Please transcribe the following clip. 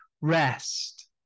rest